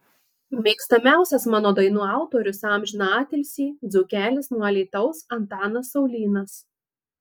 mėgstamiausias mano dainų autorius amžiną atilsį dzūkelis nuo alytaus antanas saulynas